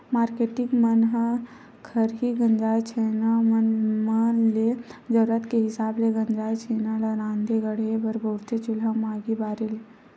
marketing मन ह खरही गंजाय छैना मन म ले जरुरत के हिसाब ले गंजाय छेना ल राँधे गढ़हे बर बउरथे चूल्हा म आगी बारे ले